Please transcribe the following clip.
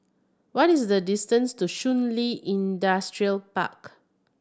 what is the distance to Shun Li Industrial Park